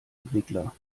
entwickler